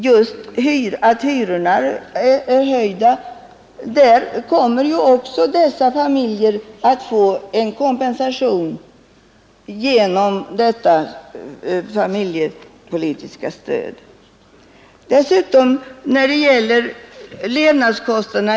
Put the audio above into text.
Dessa familjer kommer att få en kompensation för hyreshöjningarna genom detta familje politiska stöd.